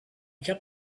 kept